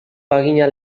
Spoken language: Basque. bagina